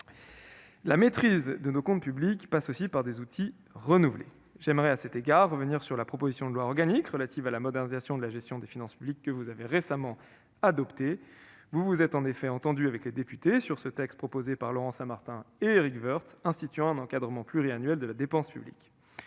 La maîtrise de nos comptes publics passe aussi par des outils renouvelés. J'aimerais à cet égard revenir sur la proposition de loi organique relative à la modernisation de la gestion des finances publiques, que vous avez récemment adoptée. Vous vous êtes en effet entendus avec les députés sur ce texte proposé par Laurent Saint-Martin et Éric Woerth instituant un encadrement pluriannuel de la dépense publique.